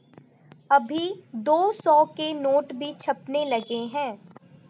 अभी दो सौ के नोट भी छपने लगे हैं